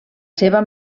seva